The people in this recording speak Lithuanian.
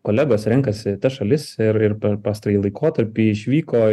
kolegos renkasi tas šalis ir ir per pastarąjį laikotarpį išvyko